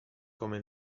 come